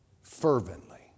fervently